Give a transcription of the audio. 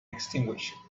extinguished